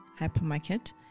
hypermarket